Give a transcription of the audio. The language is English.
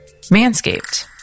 Manscaped